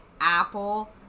apple